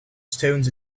stones